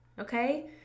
okay